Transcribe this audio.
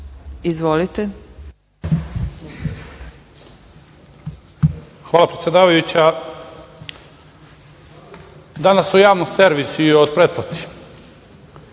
Hvala predsedavajuća. Danas o Javnom servisu i o pretplati.